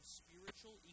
spiritual